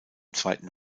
zweiten